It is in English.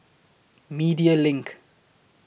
Media LINK